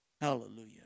hallelujah